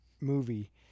movie